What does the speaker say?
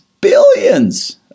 billions